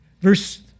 Verse